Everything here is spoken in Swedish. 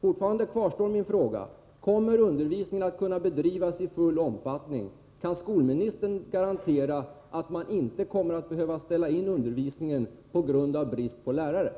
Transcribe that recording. Fortfarande kvarstår min fråga: Kommer undervisningen att kunna bedrivas i full omfattning? Kan skolministern garantera att man inte kommer att behöva ställa in undervisningen på grund av lärarbrist.